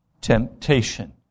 temptation